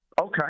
Okay